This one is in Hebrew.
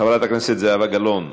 חברת הכנסת זהבה גלאון,